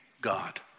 God